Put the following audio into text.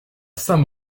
saint